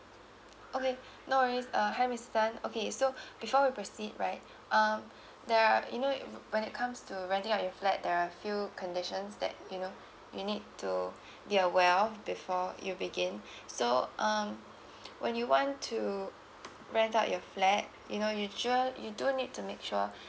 okay no worries uh hi mister tan okay so before we proceed right um there are you know when it comes to renting out your flat there are a few conditions that you know you need to be aware of before you begin so um when you want to rent out your flat you know you sure you do need to make sure